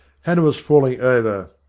hannah was falling over,